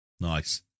Nice